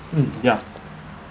mm ya